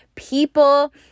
people